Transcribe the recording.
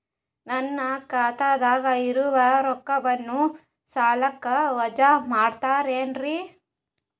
ನನ್ನ ಖಾತಗ ಇರುವ ರೊಕ್ಕವನ್ನು ಸಾಲಕ್ಕ ವಜಾ ಮಾಡ್ತಿರೆನ್ರಿ?